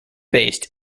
based